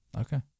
Okay